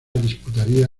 disputaría